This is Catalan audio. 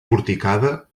porticada